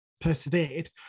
persevered